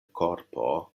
korpo